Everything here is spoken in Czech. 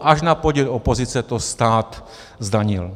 Až na podnět opozice to stát zdanil.